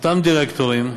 אותם דירקטורים,